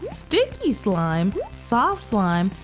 sticky slime, soft slime,